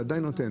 זה עדיין נותן.